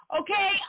Okay